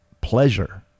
pleasure